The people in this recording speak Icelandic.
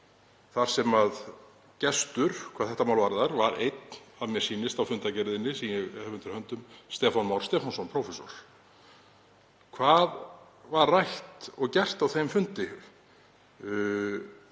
þar sem gestur var einn, að mér sýnist á fundargerðinni sem ég hef undir höndum, Stefán Már Stefánsson prófessor. Hvað var rætt og gert á þeim fundi?